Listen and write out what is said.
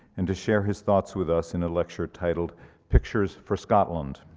and to share his thoughts with us in a lecture titled pictures for scotland.